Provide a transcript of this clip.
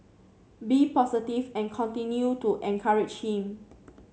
be positive and continue to encourage him